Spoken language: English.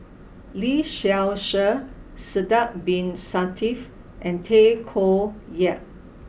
Lee Seow Ser Sidek Bin Saniff and Tay Koh Yat